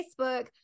Facebook